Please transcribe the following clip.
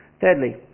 Thirdly